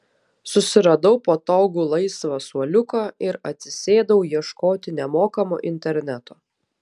susiradau patogų laisvą suoliuką ir atsisėdau ieškoti nemokamo interneto